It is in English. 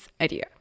idea